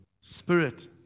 Spirit